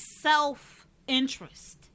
self-interest